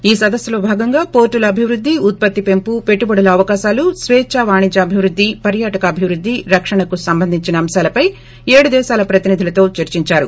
ఈ సదస్సులో భాగంగా పోర్టుల అభివృద్ధి ఉత్పత్తి పెంపు పెట్టుబడి అవకాశాలు స్వేచ్చా వాణిజ్య అభివృద్ది పర్యాటక అభివృద్ది రక్షణకి సంబంధించిన అంశాలపై ఏడప దేశాల ప్రతినిధులతో చర్చించారు